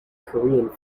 korean